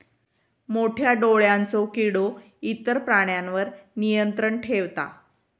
मोठ्या डोळ्यांचो किडो इतर प्राण्यांवर नियंत्रण ठेवता